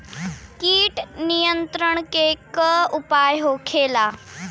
कीट नियंत्रण के का उपाय होखेला?